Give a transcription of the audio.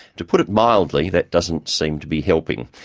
to put it mildly, that doesn't seem to be helping.